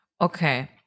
Okay